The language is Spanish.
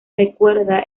recuerda